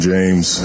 James